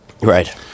Right